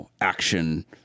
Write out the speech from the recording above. action